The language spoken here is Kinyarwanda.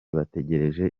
bategereje